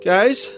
Guys